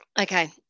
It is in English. Okay